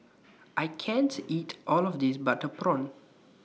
I can't eat All of This Butter Prawn